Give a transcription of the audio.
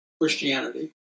Christianity